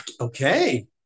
okay